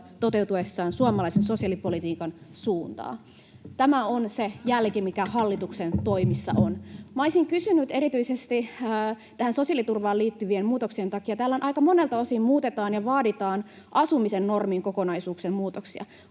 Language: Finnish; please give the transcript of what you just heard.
toteutuessaan suomalaisen sosiaalipolitiikan suuntaa. Tämä on se jälki, mikä hallituksen toimissa on. Olisin kysynyt erityisesti sosiaaliturvaan liittyvistä muutoksista. Täällä aika monelta osin muutetaan ja vaaditaan asumisen normin kokonaisuuksien muutoksia.